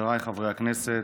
חבריי חברי הכנסת,